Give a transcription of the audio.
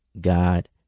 God